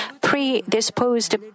predisposed